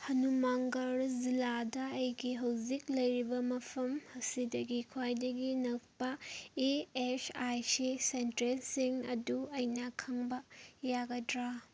ꯍꯥꯅꯨꯃꯥꯟꯒꯔ ꯖꯤꯜꯂꯥꯗ ꯑꯩꯒꯤ ꯍꯧꯖꯤꯛ ꯂꯩꯔꯤꯕ ꯃꯐꯝ ꯑꯁꯤꯗꯒꯤ ꯈ꯭ꯋꯥꯏꯗꯒꯤ ꯅꯛꯄ E S I C centre ꯁꯤꯡ ꯑꯗꯨ ꯑꯩꯅ ꯈꯪꯕ ꯌꯥꯒꯗ꯭ꯔꯥ